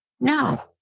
No